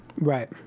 Right